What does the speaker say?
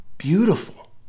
Beautiful